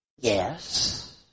Yes